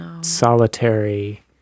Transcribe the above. solitary